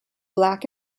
black